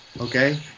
okay